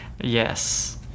Yes